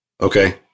Okay